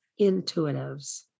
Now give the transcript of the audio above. intuitives